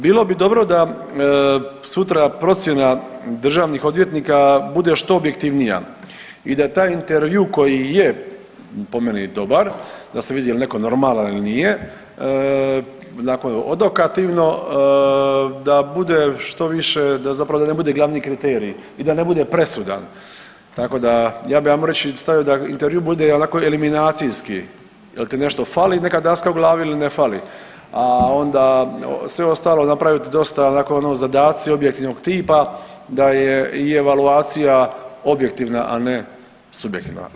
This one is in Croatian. Bilo bi dobro da sutra procjena državnih odvjetnika bude što objektivnija i da taj intervju koji je po meni dobar da se vidi jel neko normalan ili nije, nako odokativno da bude što više da zapravo ne bude glavni kriterij i da ne bude presudan, tako da ja bi ajmo reći stavio da intervju bude onako eliminacijski jel ti nešto fali neka daska u glavi ili ne fali, a onda sve ostalo napraviti dosta ono zadaci objektivnog tipa da je i evaluacija objektivna, a ne subjektivna.